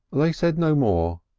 they said no more,